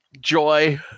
joy